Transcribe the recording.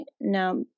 Now